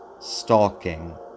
stalking